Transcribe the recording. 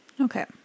Okay